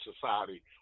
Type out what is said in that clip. society